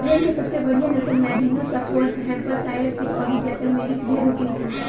भेड़ के सबसे बढ़ियां नसल मैरिनो, सफोल्क, हैम्पशायर शीप अउरी जैसलमेरी भेड़ होखेली सन